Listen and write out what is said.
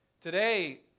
Today